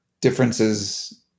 differences